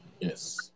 Yes